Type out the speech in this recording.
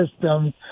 system